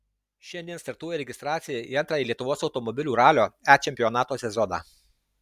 šiandien startuoja registracija į antrąjį lietuvos automobilių ralio e čempionato sezoną